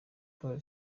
pole